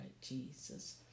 Jesus